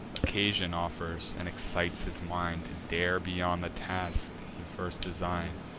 occasion offers, and excites his mind to dare beyond the task he first design'd.